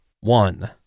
One